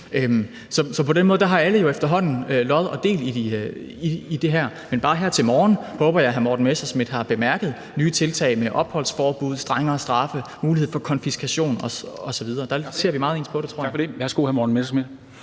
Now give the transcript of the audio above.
så på den måde har alle jo efterhånden lod og del i det her. Men jeg håber, hr. Morten Messerschmidt har bemærket, at der bare her til morgen er blevet præsenteret nye tiltag med opholdsforbud, strengere straffe, mulighed for konfiskation osv. Der ser vi meget ens på det, tror jeg.